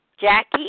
Jackie